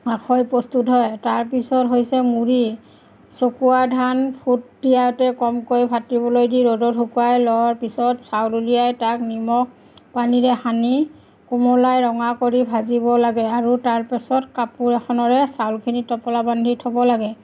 আখৈ প্ৰস্তুত হয় তাৰপিছত হৈছে মুড়ি চকুৱা ধান ফুট তিয়াওতে কমকৈ ফাটিবলৈ দি ৰ'দত শুকুৱাই লোৱাৰ পিছত চাউল উলিয়াই তাক নিমখ পানীৰে সানি কোমলাই ৰঙা কৰি ভাজিব লাগে আৰু তাৰপিছত কাপোৰ এখনেৰে চাউলখিনি টোপোলা বান্ধি থ'ব লাগে